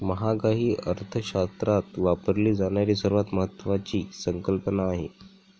महागाई अर्थशास्त्रात वापरली जाणारी सर्वात महत्वाची संकल्पना आहे